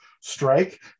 strike